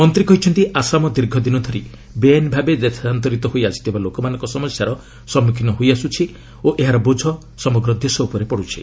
ମନ୍ତ୍ରୀ କହିଛନ୍ତି ଆସାମ ଦୀର୍ଘଦିନ ଧରି ବେଆଇନ୍ ଭାବେ ଦେଶାନ୍ତରିତ ହୋଇ ଆସିଥିବା ଲୋକମାନଙ୍କ ସମସ୍ୟାର ସମ୍ମସ୍ୟାର ସମ୍ମସ୍ୟାନ ହୋଇ ଆସୁଛି ଓ ଏହାର ବୋଝ ଦେଶ ଉପରେ ପଡୁଛି